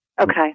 Okay